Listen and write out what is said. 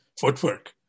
footwork